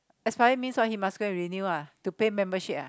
expire means what he must go and renew ah to pay membership ah